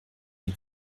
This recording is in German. die